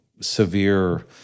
severe